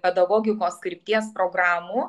pedagogikos krypties programų